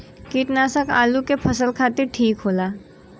कीटनाशक आलू के फसल खातिर ठीक होला